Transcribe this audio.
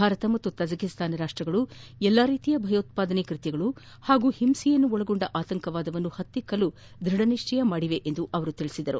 ಭಾರತ ಮತ್ತು ತಜಕಿಸ್ತಾನ ರಾಷ್ಸಗಳು ಎಲ್ಲಾ ರೀತಿಯ ಭಯೋತ್ಪಾದನೆ ಕ್ಕತ್ತಗಳು ಹಾಗೂ ಹಿಂಸೆಯನ್ನೊಳಗೊಂಡ ಆತಂಕವಾದವನ್ನು ಹತ್ತಿಕಲು ದೃಢ ನಿಶ್ಲಯ ಮಾಡಿವೆ ಎಂದು ಹೇಳಿದರು